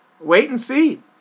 Wait-and-see